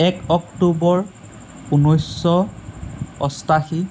এক অক্টোবৰ ঊনৈছশ আঠাশী